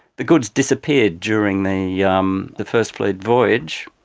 the goods disappeared during the yeah um the first fleet voyage.